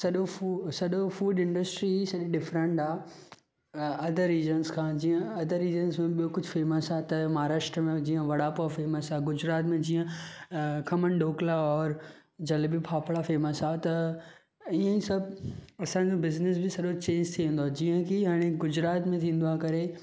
सॼो फू सॼो फूड इंडस्ट्री सॼी डिफरेंट आहे अधु रीजन्स खां जीअं अधु रीजन्स में ॿियो कुझु फेमस आहे त महाराष्ट्र में जीअं वड़ा पाव फेमस आहे गुजरात में जीअं खमन ढोकला औरि जलेबी फाफड़ा फेमस आहे त ईअं ई सभु असांजो बिज़नेस बि सॼो चेंज थी वेंदो आहे जीअं की हाणे गुजरात में थींदो आहे करे